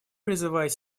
призывает